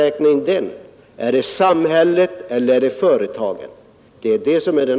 Är det samhället eller företagen?